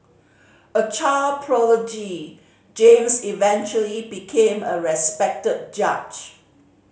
a child prodigy James eventually became a respected judge